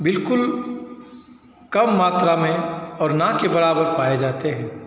बिलकुल कम मात्रा में और ना के बराबर पाए जाते हैं